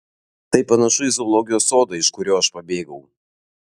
tai panašu į zoologijos sodą iš kurio aš pabėgau